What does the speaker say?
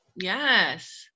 yes